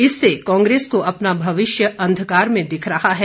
इससे कांग्रेस को अपना भविष्य अंधकार में दिख रहा है